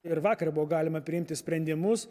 ir vakar buvo galima priimti sprendimus